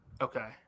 Okay